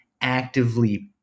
actively